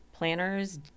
Planners